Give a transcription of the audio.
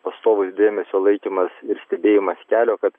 pastovus dėmesio laikymas ir stebėjimas kelio kad